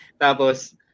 Tapos